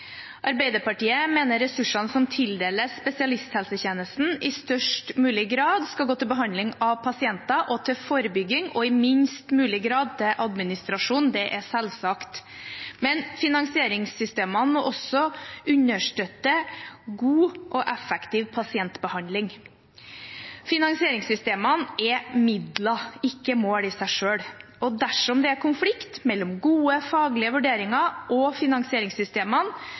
Arbeiderpartiet mener ressursene som tildeles spesialisthelsetjenesten, i størst mulig grad skal gå til behandling av pasienter og til forebygging og i minst mulig grad til administrasjon. Det er selvsagt. Men finansieringssystemene må også understøtte god og effektiv pasientbehandling. Finansieringssystemene er midler, ikke mål i seg selv, og dersom det er konflikt mellom gode faglige vurderinger og finansieringssystemene,